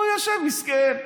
הוא יושב, מסכן,